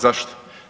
Zašto?